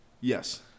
Yes